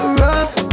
rough